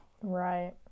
Right